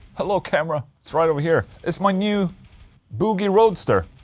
hello camera, it's right over here. it's my new boogie roadster.